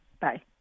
Bye